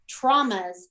traumas